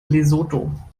lesotho